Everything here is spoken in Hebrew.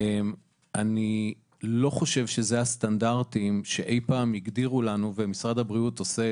אני חושב שאלה לא הסטנדרטים שאי פעם הגדירו לנו והרופאה